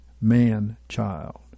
man-child